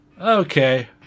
Okay